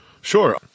Sure